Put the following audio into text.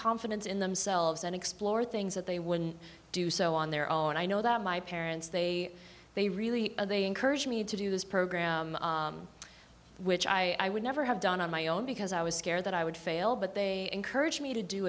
confidence in themselves and explore things that they wouldn't do so on their own i know that my parents they they really they encouraged me to do this program which i would never have done on my own because i was scared that i would fail but they encouraged me to do